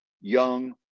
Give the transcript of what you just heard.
young